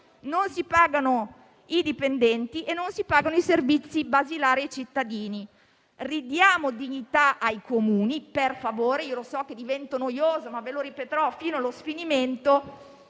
non si pagano i dipendenti e non si pagano i servizi basilari ai cittadini. Ridiamo dignità ai Comuni, per favore - so di diventare noiosa, ma ve lo ripeterò fino allo sfinimento